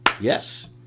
Yes